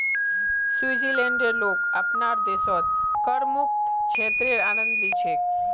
स्विट्जरलैंडेर लोग अपनार देशत करमुक्त क्षेत्रेर आनंद ली छेक